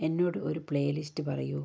എന്നോട് ഒരു പ്ലേലിസ്റ്റ് പറയൂ